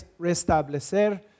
restablecer